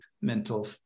mental